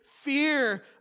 fear